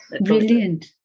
Brilliant